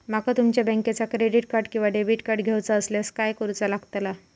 माका तुमच्या बँकेचा क्रेडिट कार्ड किंवा डेबिट कार्ड घेऊचा असल्यास काय करूचा लागताला?